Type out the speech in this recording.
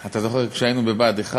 אתה זוכר שכשהיינו בבה"ד 1